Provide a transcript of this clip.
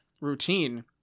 routine